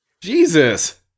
Jesus